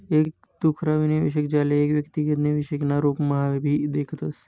एक खुदरा निवेशक, ज्याले एक व्यक्तिगत निवेशक ना रूपम्हाभी देखतस